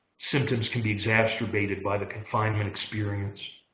symptoms can be exacerbated by the confinement experienced.